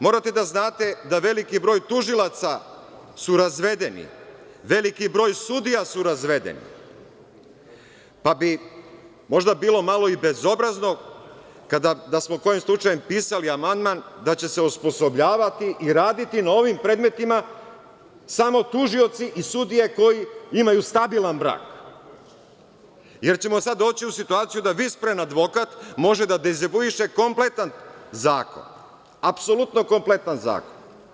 Morate da znate da veliki broj tužilaca su razvedeni, veliki broj sudija su razvedeni, pa, bi možda bilo malo i bezobrazno, da smo kojim slučajem pisali amandman da će se osposobljavati i raditi na ovim predmetima samo tužioci i sudije koji imaju stabilan brak, jer ćemo sad doći u situaciju da vispren advokat može da dezavuiše kompletan zakon, apsolutno kompletan zakon.